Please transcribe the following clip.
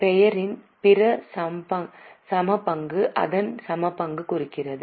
பெயரின் பிற சமபங்கு அதன் சமபங்கு குறிக்கிறது